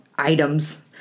Items